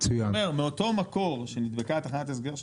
אני אומר מאותו מקור שנדבקה תחנת ההסגר שלך,